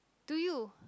to you